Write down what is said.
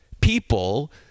people